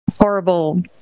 horrible